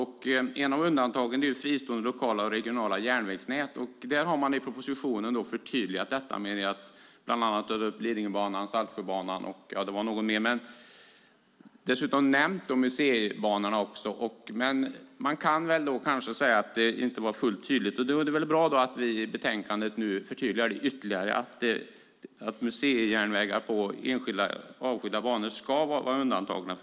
Ett av undantagen gäller fristående lokala och regionala järnvägsnät. Där har man i propositionen förtydligat detta genom att ta upp Lidingöbanan, Saltsjöbanan och någon mer. Dessutom har man nämnt museibanorna. Men man kan kanske säga att det inte var fullt tydligt. Därför är det bra att vi i betänkandet nu har förtydligat ytterligare att museijärnvägar på avskilda banor ska vara undantagna.